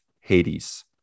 Hades